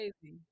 crazy